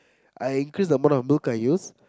I increase the amount of milk I use